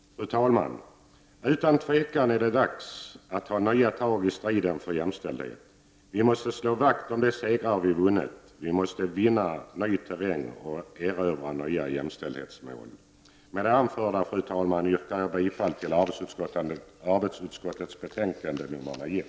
Fru talman! Utan tvivel är det dags att ta nya tag i striden för jämställdhet. Vi måste slå vakt om de segrar vi vunnit. Vi måste vinna ny terräng och erövra nya jämställdhetsmål. Med det anförda, fru talman, yrkar jag bifall till utskottets hemställan i arbetsmarknadsutskottets betänkande nr 9.